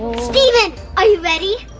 stephen, are you ready?